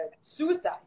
suicide